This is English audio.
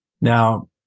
Now